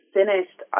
finished